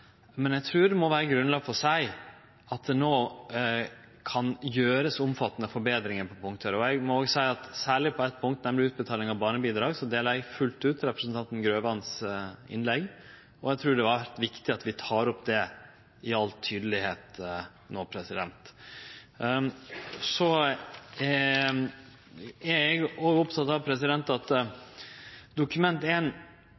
Men eg trur det må vere grunnlag for å seie at det kan gjerast omfattande forbetringar på punkt. Eg må seie at særleg på eitt punkt, nemleg utbetaling av barnebidrag, deler eg fullt ut representanten Grøvans innlegg, og eg trur det er viktig at vi tek det opp klart og tydeleg no. Eg er klar over at når Riksrevisjonen undersøkjer departement, er ikkje det alltid den mest populære øvinga i departementa. Av